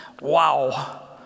Wow